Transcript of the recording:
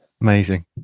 amazing